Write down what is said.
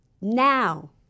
Now